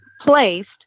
placed